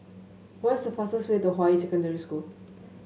what is the fastest way to Hua Yi Secondary School